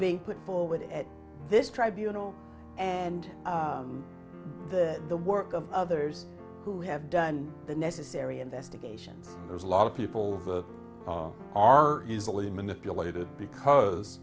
being put forward at this tribunal and the work of others who have done the necessary investigation there's a lot of people are easily manipulated because